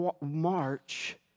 march